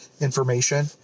information